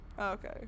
Okay